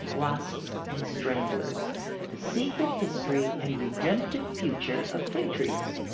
wasps and stranglers the secret history and redemptive future of fig trees.